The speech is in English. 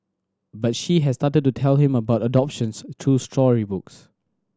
but she has started to tell him about adoptions through storybooks